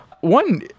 One